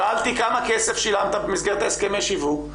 שאלתי כמה כסף שילמת במסגרת הסכמי שיווק?